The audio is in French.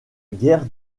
guerre